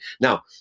Now